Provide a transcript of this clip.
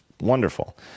wonderful